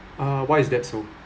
uh why is that so